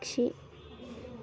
పక్షి